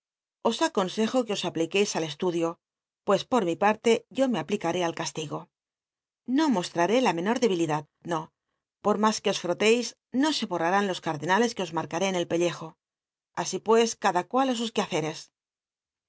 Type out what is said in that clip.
os aconsejo que os apliqu cis al estu dio pues pot mi parte yo me aplicaré al castigo no mostraré la menor debilidad no po mas que os frctcis no se borarán los cardenales que os mare tré en el pellejo así pues cada cual sus quehaceres